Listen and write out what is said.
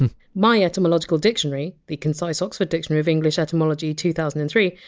my etymological dictionary, the concise oxford dictionary of english etymology two thousand and three,